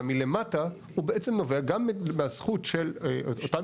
ומלמטה הוא בעצם נובע גם מהזכות של אותם